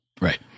right